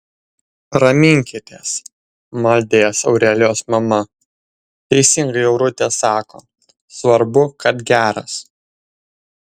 raminkitės maldė jas aurelijos mama teisingai aurutė sako svarbu kad geras